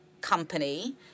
company